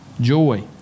Joy